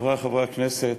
חברי חברי הכנסת,